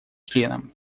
членам